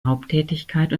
haupttätigkeit